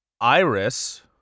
Iris